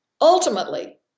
Ultimately